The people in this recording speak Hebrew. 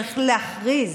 צריך להכריז